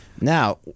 Now